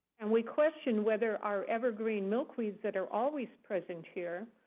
and we question whether our evergreen milkweeds that are always present here,